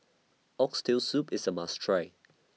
Oxtail Soup IS A must Try